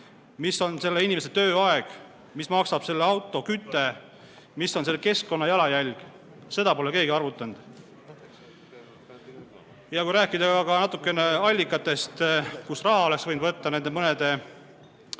mis on selle inimese tööaeg, mis maksab selle auto küte, mis on selle keskkonna jalajälg, seda pole keegi arvutanud. Kui rääkida natukene allikatest, kust raha oleks võinud võtta nende mõnede